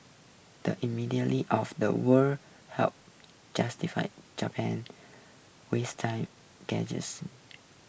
the immediately of the word helped justify Japan waste time